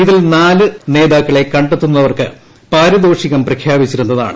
ഇതിൽ നാല് നേതാക്കളെ കണ്ടെത്തുന്നവർക്ക് പാരിതോഷികം പ്രഖ്യാപിച്ചിരുന്നതാണ്